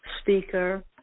speaker